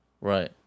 Right